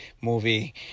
movie